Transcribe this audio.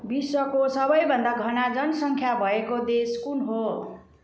विश्वको सबैभन्दा घना जनसङ्ख्या भएको देश कुन हो